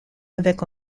avec